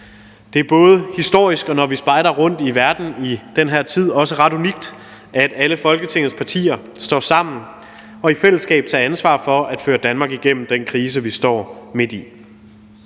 Det er både historisk og, når vi spejder rundt i verden i den her tid, også ret unikt, at alle Folketingets partier står sammen og i fællesskab tager ansvar for at føre Danmark igennem den krise, vi står midt i.